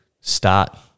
start –